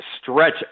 stretch